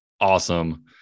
awesome